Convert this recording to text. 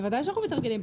בוודאי שאנחנו מתארגנים.